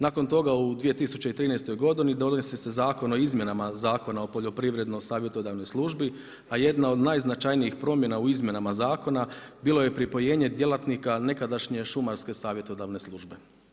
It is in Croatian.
Nakon toga u 2013. godini, donosi se zakon o izmjenama Zakona o poljoprivrednoj savjetodavnoj službi a jedna od najznačajnim promjena u izmjenama zakona bilo je pripojenje djelatnika nekadašnje šumarske savjetodavne službe.